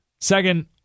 Second